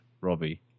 Robbie